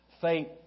Fate